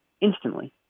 instantly